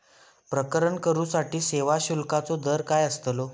प्रकरण करूसाठी सेवा शुल्काचो दर काय अस्तलो?